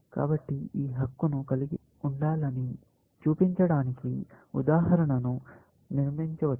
కాబట్టి ఈ హక్కును కలిగి ఉండాలని చూపించడానికి ఉదాహరణలను నిర్మించవచ్చు